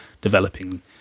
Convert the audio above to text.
developing